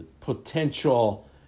potential